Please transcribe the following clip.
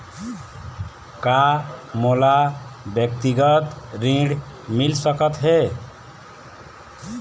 का मोला व्यक्तिगत ऋण मिल सकत हे?